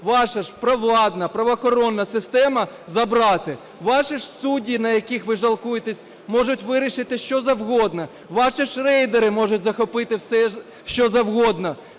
ваша ж провладна правоохоронна система забрати? Ваші ж судді, на яких ви жалкуєтесь, можуть вирішити що завгодно. Ваші ж рейдери можуть захопити все, що завгодно.